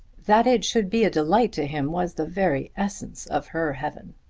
that it should be a delight to him, was the very essence of her heaven.